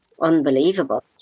unbelievable